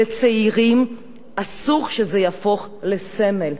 לצעירים: אסור שזה יהפוך לסמל,